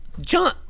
John